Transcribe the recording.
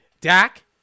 Dak